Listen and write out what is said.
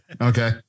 okay